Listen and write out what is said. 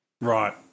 Right